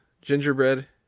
gingerbread